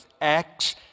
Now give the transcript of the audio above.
Acts